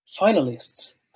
finalists